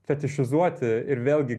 fetišizuoti ir vėlgi